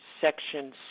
section